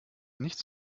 nichts